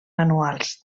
manuals